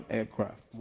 aircraft